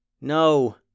No